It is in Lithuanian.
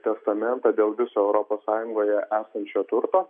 testamentą dėl viso europos sąjungoje esančio turto